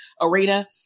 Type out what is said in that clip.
arena